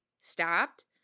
stopped